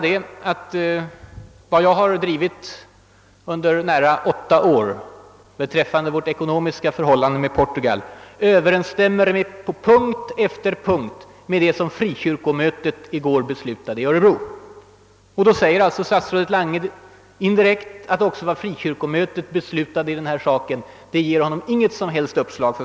Det jag har drivit under nära åtta år vad gäller vårt ekonomiska förhållande till Portugal överensstämmer på punkt efter punkt med det som frikyrkomötet i går beslutade i Örebro. Statsrådet Lange säger alltså indirekt att vad frikyrkomötet beslutade i denna fråga ger honom inget som helst uppslag.